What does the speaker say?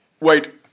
Wait